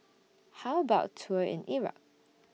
How about A Tour in Iraq